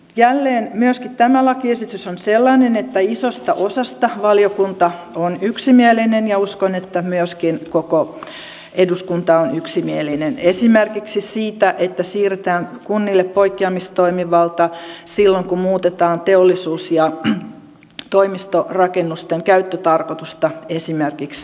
jälleen myöskin tämä lakiesitys on sellainen että isosta osasta valiokunta on yksimielinen ja uskon että myöskin koko eduskunta on yksimielinen esimerkiksi siitä että siirretään kunnille poikkeamistoimivalta silloin kun muutetaan teollisuus ja toimistorakennusten käyttötarkoitusta esimerkiksi asumistarkoitukseen